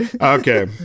Okay